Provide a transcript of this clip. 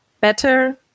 better